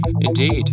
Indeed